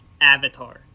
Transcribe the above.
avatar